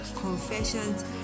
Confessions